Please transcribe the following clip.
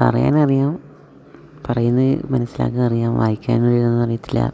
പറയാനറിയാം പറയുന്നത് മനസ്സിലാക്കാൻ അറിയാം വായിക്കാനും എഴുതാനും അറിയത്തില്ല